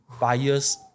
buyer's